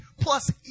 plus